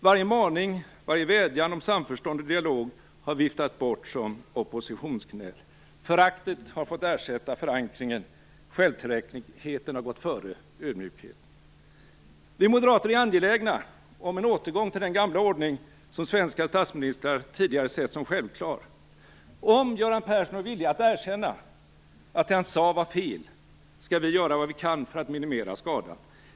Varje maning - varje vädjan - om samförstånd och dialog har viftats bort som oppositionsgnäll. Föraktet har fått ersätta förankringen, självtillräckligheten har gått före ödmjukheten. Vi moderater är angelägna om en återgång till den gamla ordning som svenska statsministrar tidigare sett som självklar. Om Göran Persson är villig att erkänna att det han sade var fel, skall vi göra vad vi kan för att minimera skadan.